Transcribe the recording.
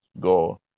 go